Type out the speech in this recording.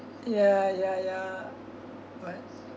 ya ya ya what